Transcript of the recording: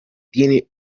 tiene